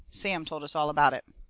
sam told us all about it.